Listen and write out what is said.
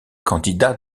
candidat